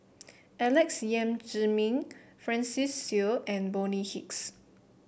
Alex Yam Ziming Francis Seow and Bonny Hicks